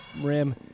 rim